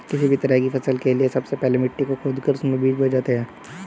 किसी भी तरह की फसल के लिए सबसे पहले मिट्टी को खोदकर उसमें बीज बोए जाते हैं